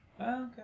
okay